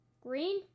Green